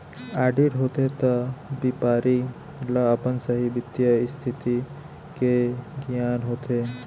audit होथे त बेपारी ल अपन सहीं बित्तीय इस्थिति के गियान होथे